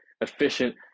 efficient